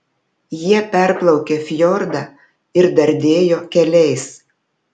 jie perplaukė fjordą ir dardėjo keliais